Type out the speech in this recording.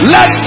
Let